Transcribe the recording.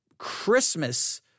Christmas